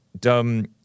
dumb